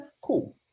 cool